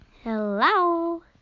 Hello